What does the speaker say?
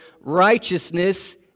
righteousness